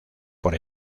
por